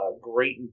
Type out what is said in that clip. great